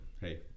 hey